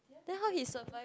then how he survive